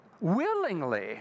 willingly